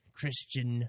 Christian